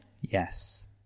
Yes